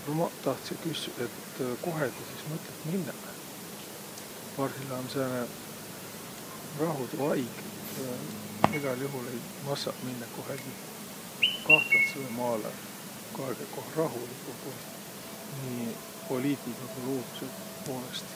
No maq tahtsõ küssüq, et kohe ti sis mõtlõt minnäq? Parhilla um sääne rahudu aig, et egäl juhul ei massaq minnäq kohegi kahtlatsõlõ maalõ. Kaegõq, koh rahuligumb um nii poliitiga ku luudusõ poolõst.